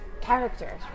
character